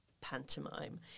pantomime